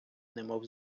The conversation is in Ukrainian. немов